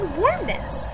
warmness